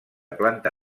planta